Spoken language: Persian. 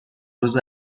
روز